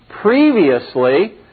previously